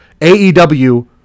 AEW